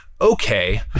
okay